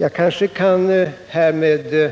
Jag kanske härmed kan